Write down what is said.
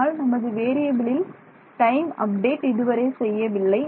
ஆனால் நமது வேறியபிலில் டைம் அப்டேட் இதுவரை செய்யவில்லை